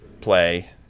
play